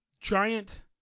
giant –